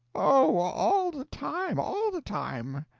oh, all the time all the time!